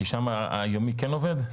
כי שם היומי כן עובד?